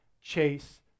chase